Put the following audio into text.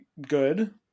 good